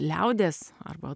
liaudies arba